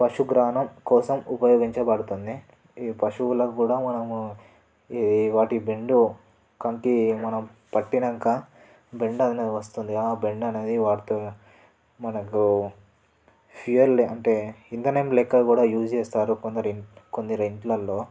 పశుగ్రాణం కోసం పయోగించబడుతుంది ఈ పశువులకు కూడా మనము ఈ వాటి బెండు కంకి మనం పట్టినాక బెండు అనేది వస్తుంది ఆ బెండు అనేది వాటితో మనకు ఫ్యూయల్ అంటే ఇంధనం లెక్క కూడా యూస్ చేస్తారు కొందరి కొందరి ఇంట్లల్లో